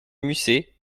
musset